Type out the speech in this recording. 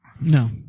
No